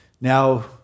Now